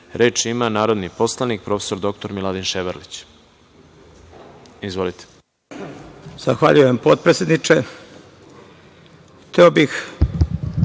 ima narodni poslanik prof. dr Miladin Ševarlić. Izvolite.